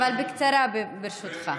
אבל בקצרה, ברשותך.